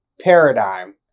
paradigm